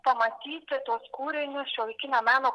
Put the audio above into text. pamatyti tuos kūrinius šiuolaikinio meno